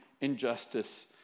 injustice